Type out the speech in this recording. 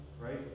right